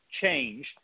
change